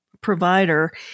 provider